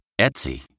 Etsy